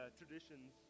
traditions